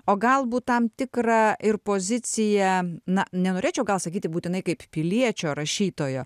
o galbūt tam tikrą ir poziciją na nenorėčiau gal sakyti būtinai kaip piliečio rašytojo